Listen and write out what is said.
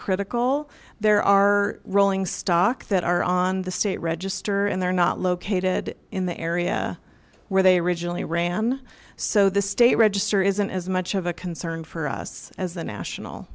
critical there are rolling stock that are on the state register and they're not located in the area where they originally ran so the state register isn't as much of a concern for us as the national